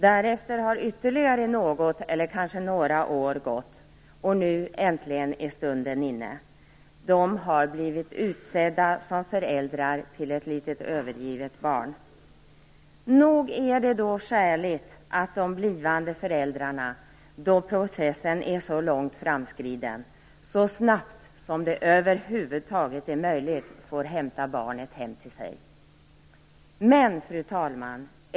Därefter har ytterligare något eller kanske några år gått, och nu äntligen är stunden inne. De har blivit utsedda som föräldrar till ett litet övergivet barn. Nog är det skäligt att det blivande föräldrarna när processen är så långt framskriden så snabbt som det över huvud taget är möjligt får hämta barnet hem till sig. Fru talman!